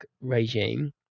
regime